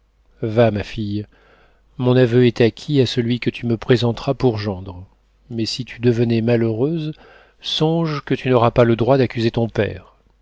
va ma fille mon aveu est acquis à celui que tu me présenteras pour gendre mais si tu devenais malheureuse songe que tu n'auras pas le droit d'accuser ton père